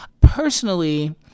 Personally